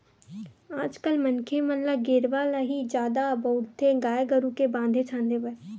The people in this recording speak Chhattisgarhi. आज कल मनखे मन ल गेरवा ल ही जादा बउरथे गाय गरु के बांधे छांदे बर